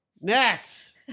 Next